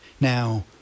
Now